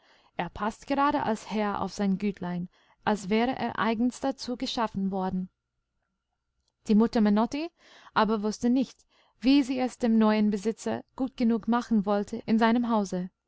er paßt gerade als herr auf sein gütlein als wäre er eigens dazu geschaffen worden die mutter menotti aber wußte nicht wie sie es dem neuen besitzer gut genug machen wollte in seinem hause